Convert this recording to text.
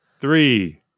Three